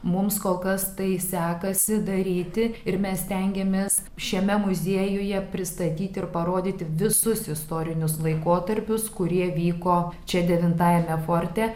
mums kol kas tai sekasi daryti ir mes stengiamės šiame muziejuje pristatyti ir parodyti visus istorinius laikotarpius kurie vyko čia devintajame forte